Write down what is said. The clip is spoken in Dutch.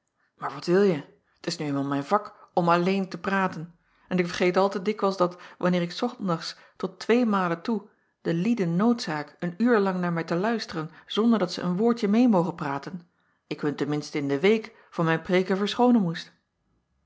aar wat wilje t s nu eenmaal mijn vak om alleen te praten en ik vergeet al te dikwijls dat wanneer s ondags tot tweemalen toe de lieden noodzaak een uur lang naar mij te luisteren zonder dat zij een woordje meê mogen praten ik hun ten minste in de week van mijn preêken verschoonen moest